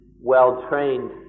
well-trained